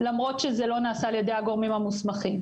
למרות שזה לא נעשה על ידי הגורמים המוסמכים.